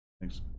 Thanks